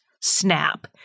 snap